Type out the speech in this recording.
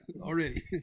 Already